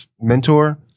mentor